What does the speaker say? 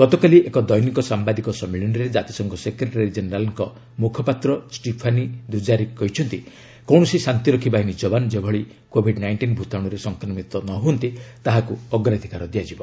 ଗତକାଲି ଏକ ଦୈନିକ ସାମ୍ବାଦିକ ସମ୍ମିଳନୀରେ ଜାତିସଂଘ ସେକ୍ରେଟେରୀ ଜେନେରାଲ୍କୁ ମୁଖପାତ୍ର ଷ୍ଟିଫାନି ଦୁଜାରିକ୍ କହିଛନ୍ତି କୌଣସି ଶାନ୍ତିରକ୍ଷୀ ବାହିନୀ ଯବାନ ଯେପରି କୋଭିଡ୍ ନାଇଷ୍ଟିନ୍ ଭୂତାଣୁରେ ସଂକ୍ରମିତ ନ ହୁଅନ୍ତି ତାହାକୁ ଅଗ୍ରାଧିକାର ଦିଆଯିବ